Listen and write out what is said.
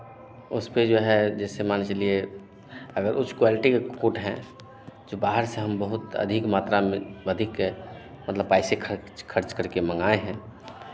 उस पे जो है जैसे मान के चलिए अगर उस क्वालिटी के कुक्कुट हैं जो बाहर से हम बहुत अधिक मात्रा में अधिक मतलब पैसे खर्च खर्च करके मंगाए हैं